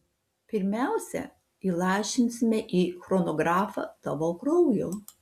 pirmiausia įlašinsime į chronografą tavo kraujo